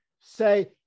say